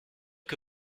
que